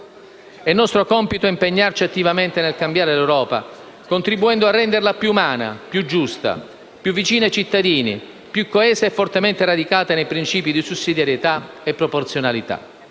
È nostro compito impegnarci attivamente nel cambiare l'Europa contribuendo a renderla più umana, più giusta, più vicina ai cittadini, più coesa e fortemente radicata nei principi di sussidiarietà e proporzionalità.